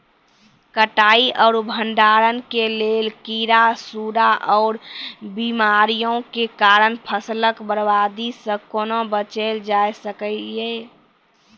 कटाई आर भंडारण के लेल कीड़ा, सूड़ा आर बीमारियों के कारण फसलक बर्बादी सॅ कूना बचेल जाय सकै ये?